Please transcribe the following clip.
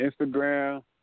Instagram